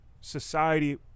society